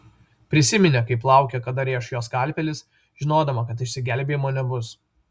prisiminė kaip laukė kada rėš jo skalpelis žinodama kad išsigelbėjimo nebus